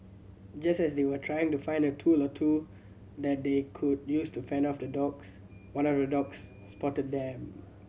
just as they were trying to find a tool or two that they could use to fend off the dogs one of the dogs spotted them